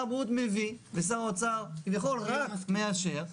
הבריאות מביא ושר האוצר כביכול רק מאשר,